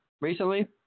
recently